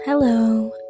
Hello